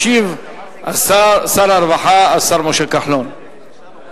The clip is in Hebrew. ישיב שר הרווחה, השר משה כחלון.